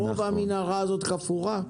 רוב המנהרה הזאת חפורה?